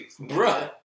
Bruh